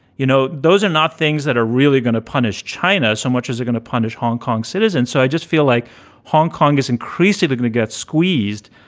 you know, those are not things that are really going to punish china so much as are going to punish hong kong citizens. so i just feel like hong kong is increasingly going to get squeezed.